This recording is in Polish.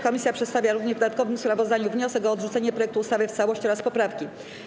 Komisja przedstawia również w dodatkowym sprawozdaniu wniosek o odrzucenie projektu ustawy w całości oraz poprawki.